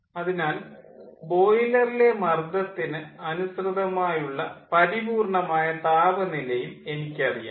അതിനാൽ ബോയിലറിലെ മർദ്ദത്തിന് അനുസൃതമായുള്ള പരിപൂർണ്ണമായ താപനിലയും എനിക്കറിയാം